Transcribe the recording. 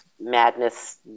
madness